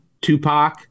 Tupac